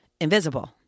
invisible